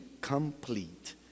complete